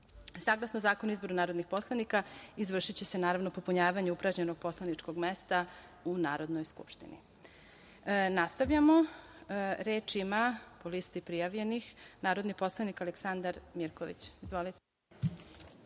nalazi. Saglasno Zakonu o izboru narodnih poslanika, izvršiće se popunjavanje upražnjenog poslaničkog mesta u Narodnoj skupštini. Nastavljamo. Reč ima, po listi prijavljenih, narodni poslanik Aleksandar Mirković. Izvolite.